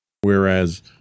Whereas